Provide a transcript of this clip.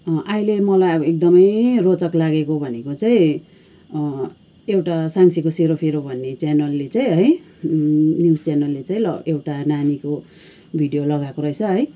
अहिले मलाई अब एकदमै रोचक लागेको भनेको चाहिँ एउटा साँच्चैको सेरोफेरो भन्ने च्यानलले चाहिँ है न्युज च्यानलले चाहिँ एउटा नानीको भिडियो लगाएको रहेछ है